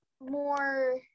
more